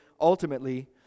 ultimately